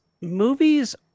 Movies